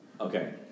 okay